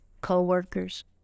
co-workers